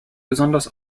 besonders